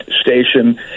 station